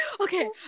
Okay